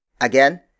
Again